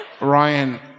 Ryan